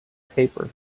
paper